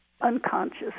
unconscious